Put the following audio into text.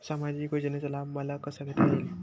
सामाजिक योजनेचा लाभ मला कसा घेता येईल?